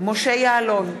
משה יעלון,